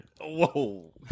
Whoa